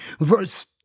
verse